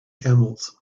camels